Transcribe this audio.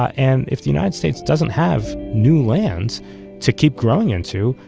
and if the united states doesn't have new lands to keep growing into,